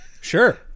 Sure